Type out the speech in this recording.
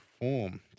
form